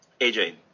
AJ